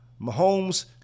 Mahomes